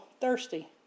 thirsty